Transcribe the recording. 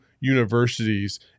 universities